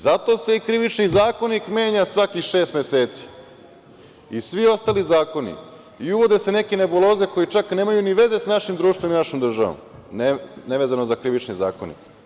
Zato se i Krivični zakonik menja svakih šest meseci i svi ostali zakoni i uvode se neke nebuloze, koje čak nemaju ni veze sa našim društvom i našom državom, nevezano za Krivični zakonik.